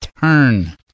turn